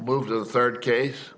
move to the third case